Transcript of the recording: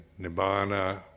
Nibbana